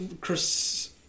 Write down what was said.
chris